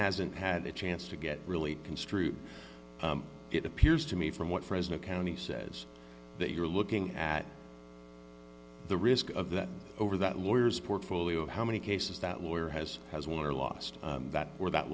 hasn't had a chance to get really construed it appears to me from what fresno county says that you're looking at the risk of that over that lawyers portfolio how many cases that lawyer has has won or lost that or that